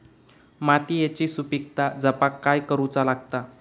मातीयेची सुपीकता जपाक काय करूचा लागता?